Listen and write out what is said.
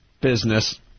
Business